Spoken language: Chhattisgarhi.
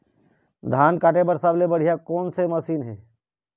धान काटे बर सबले बढ़िया कोन से मशीन हे?